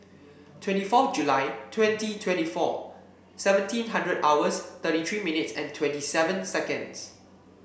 twenty fourth July twenty twenty four seventeen hundred hours thirty three minutes and twenty seven seconds